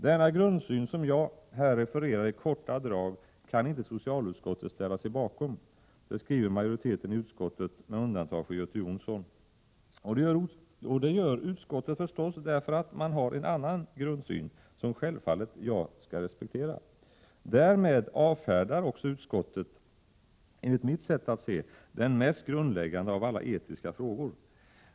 Denna grundsyn, som jag här refererar i korta drag, kan inte socialutskottet ställa sig bakom, det skriver majoriteten i utskottet, med undantag för Göte Jonsson. Och det gör utskottet förstås därför att man har en annan grundsyn, som självfallet jag skall respektera. Därmed avfärdar utskottet, enligt mitt sätt att se, den mest grundläggande av alla etiska frågor.